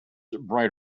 bright